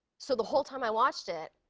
so the whole time i watched it,